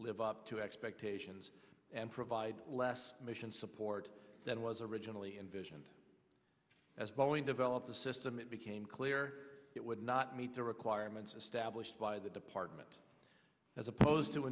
live up to expectations and provide less mission support than was originally envisioned as boeing developed a system it became clear it would not meet the requirements established by the department as opposed to